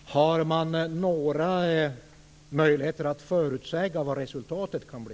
Fru talman! Har man några möjligheter att förutsäga vad resultatet kan bli?